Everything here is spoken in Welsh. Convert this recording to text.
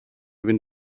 fynd